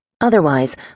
Otherwise